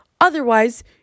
Otherwise